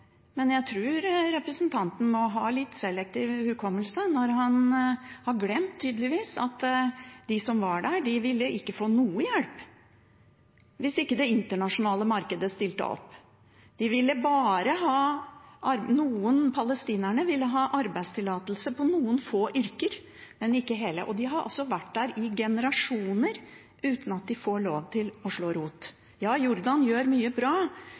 men jeg tror representanten må ha litt selektiv hukommelse når han tydeligvis har glemt at de som var der, ikke ville få noe hjelp hvis ikke det internasjonale markedet stilte opp. Palestinerne ville bare ha arbeidstillatelse på noen få yrker, ikke alle – de har altså vært der i generasjoner uten at de får lov til å slå rot. Ja, Jordan gjør mye bra,